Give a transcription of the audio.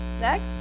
next